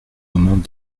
moment